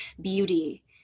beauty